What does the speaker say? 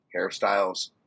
hairstyles